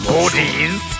Bodies